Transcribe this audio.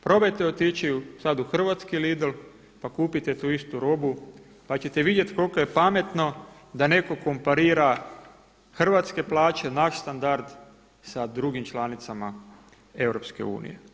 Probajte otići sad u hrvatski Lidl pa kupite tu istu robu pa ćete vidjeti koliko je pametno da netko komparira hrvatske plaće, naš standard sa drugim članicama EU.